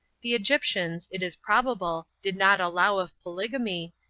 the egyptians, it is probable, did not allow of polygamy,